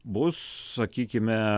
bus sakykime